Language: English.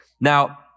Now